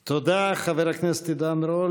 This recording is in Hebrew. תודה, חבר הכנסת עידן רול.